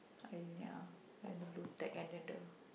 I ya and the blue tag and then the